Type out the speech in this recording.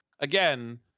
Again